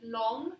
long